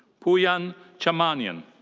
pouyan chamanian.